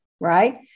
right